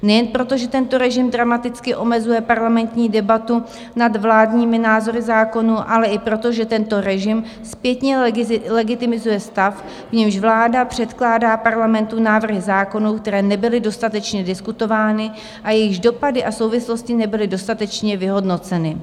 Nejen proto, že tento režim dramaticky omezuje parlamentní debatu nad vládními názory zákonů, ale i proto, že tento režim zpětně legitimizuje stav, v němž vláda předkládá Parlamentu návrhy zákonů, které nebyly dostatečně diskutovány a jejichž dopady a souvislosti nebyly dostatečně vyhodnoceny.